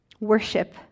Worship